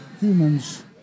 humans